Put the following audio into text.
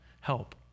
help